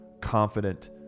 confident